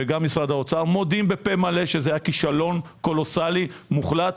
וגם משרד האוצר מודים בפה מלא שזה היה כישלון קולוסלי מוחלט